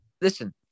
listen